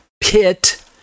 pit